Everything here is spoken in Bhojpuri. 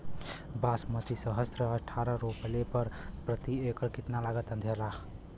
बासमती सत्रह से अठारह रोपले पर प्रति एकड़ कितना लागत अंधेरा?